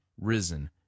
risen